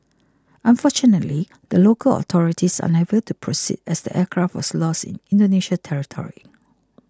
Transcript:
unfortunately the local authorities are unable to proceed as the aircraft was lost in Indonesia territory